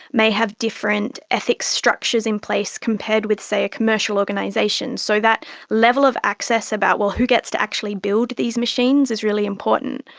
may have different ethics structures in place compared with, say, a commercial organisation. so that level of access about, well, who gets to actually build these machines is really important,